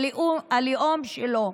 הלאום שלו,